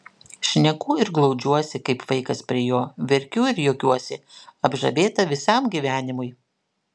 šneku ir glaudžiuosi kaip vaikas prie jo verkiu ir juokiuosi apžavėta visam gyvenimui